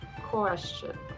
question